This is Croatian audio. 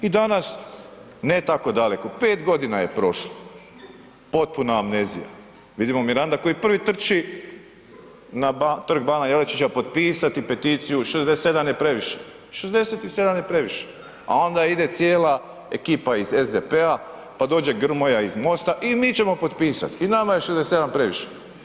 I danas ne tako daleko, 5 g. je prošlo, potpuna amnezija, vidimo Miranda koji prvi trči na Trg bana Jelačića potpisati peticiju „67 je previše“ a onda ide cijela ekipa iz SDP-a p dođe Grmoja iz MOST-a, i mi ćemo potpisat, i nama je 67 previše.